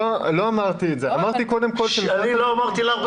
לא אמרתי את זה,